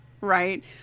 right